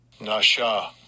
Nasha